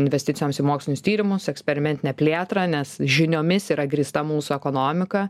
investicijoms į mokslinius tyrimus eksperimentinę plėtrą nes žiniomis yra grįsta mūsų ekonomika